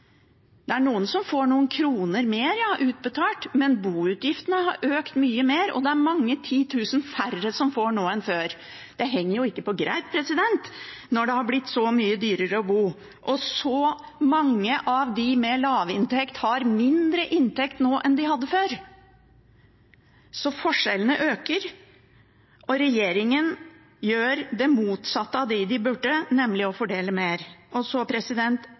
Det er noen som får noen kroner mer utbetalt, men boutgiftene har økt mye mer, og det er mange titusen færre som får nå enn før. Det henger ikke på greip når det har blitt så mye dyrere å bo. Mange av de med lavinntekt har mindre inntekt nå enn de hadde før, så forskjellene øker, og regjeringen gjør det motsatte av det de burde, nemlig å fordele mer. Så